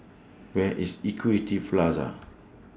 Where IS Equity Plaza